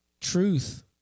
Truth